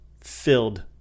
filled